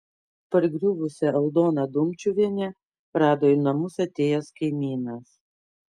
pargriuvusią aldoną dumčiuvienę rado į namus atėjęs kaimynas